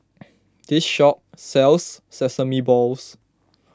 this shop sells Sesame Balls